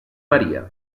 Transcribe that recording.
maria